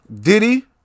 Diddy